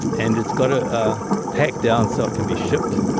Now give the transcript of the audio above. and it's got to ah pack down so it can be shipped.